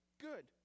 good